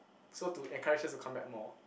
so to encourage us to come back more